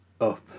up